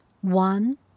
one